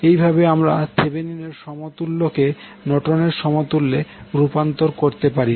এইভাবে আমরা থেভেনিনের সমতুল্যকে Thevenin's equivalent নর্টনের সমতুল্যে রূপান্তর করতে পারি